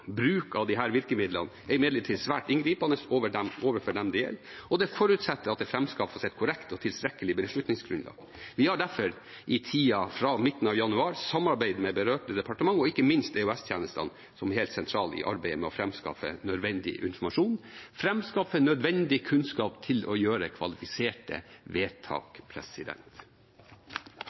Bruk av disse virkemidlene er imidlertid svært inngripende overfor dem det gjelder, og det forutsetter at det framskaffes et korrekt og tilstrekkelig beslutningsgrunnlag. Vi har derfor i tida fra midten av januar samarbeidet med berørte departementer og ikke minst med EOS-tjenestene, som er helt sentrale i arbeidet med å framskaffe nødvendig informasjon, framskaffe nødvendig kunnskap til å gjøre kvalifiserte vedtak.